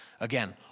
Again